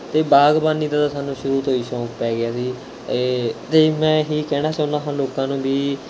ਅਤੇ ਬਾਗਬਾਨੀ ਦਾ ਤਾਂ ਸਾਨੂੰ ਸ਼ੁਰੂ ਤੋਂ ਹੀ ਸ਼ੌਕ ਪੈ ਗਿਆ ਸੀ ਅਤੇ ਮੈਂ ਇਹ ਕਹਿਣਾ ਚਾਹੁੰਦਾ ਹਾਂ ਲੋਕਾਂ ਨੂੰ ਵੀ